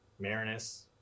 Marinus